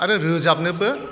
आरो रोजाबनोबो